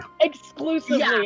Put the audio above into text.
Exclusively